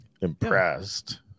impressed